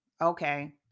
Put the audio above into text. Okay